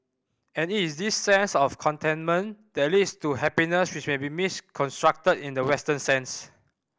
and it is this sense of contentment that leads to happiness which may be misconstrued in the Western sense